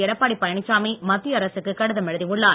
எடப்பாடி பழனிச்சாமி மத்திய அரசுக்கு கடிதம் எழுதியுள்ளார்